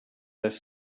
less